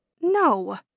No